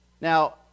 Now